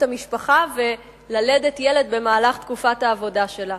המשפחה וללדת ילד במהלך תקופת העבודה שלה.